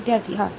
વિદ્યાર્થી હા